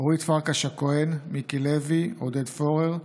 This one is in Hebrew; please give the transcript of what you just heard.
אורית פרקש הכהן, מיקי לוי, עודד פורר,